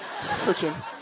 Freaking